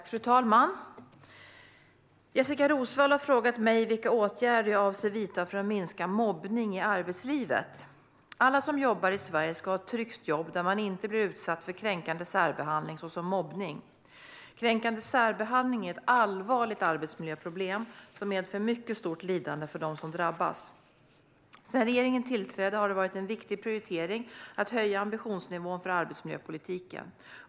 Svar på interpellationer Fru talman! Jessika Roswall har frågat mig vilka åtgärder jag avser att vidta för att minska mobbning i arbetslivet. Alla som jobbar i Sverige ska ha ett tryggt jobb där man inte blir utsatt för kränkande särbehandling såsom mobbning. Kränkande särbehandling är ett allvarligt arbetsmiljöproblem som medför mycket stort lidande för dem som drabbas. Sedan regeringen tillträdde har det varit en viktig prioritering att höja ambitionsnivån för arbetsmiljöpolitiken.